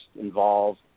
involved